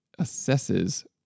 assesses